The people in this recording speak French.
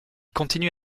continue